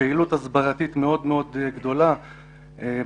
פעילות הסברתית מאוד גדולה באינטרנט.